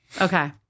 Okay